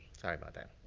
sorry about that.